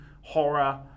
horror